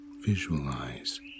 visualize